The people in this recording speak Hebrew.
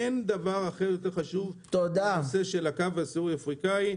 אין דבר אחר חשוב יותר בנושא הקו הסורי-אפריקאי.